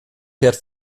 fährt